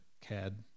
CAD